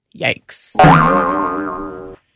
Yikes